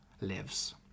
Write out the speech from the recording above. lives